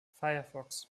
firefox